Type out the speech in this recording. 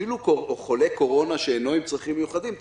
אפילו חולה קורונה שאינו עם צרכים מיוחדים אתה